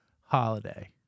holiday